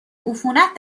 عفونت